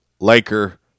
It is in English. Laker